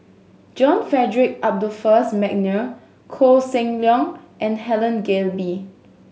John Frederick Adolphus McNair Koh Seng Leong and Helen Gilbey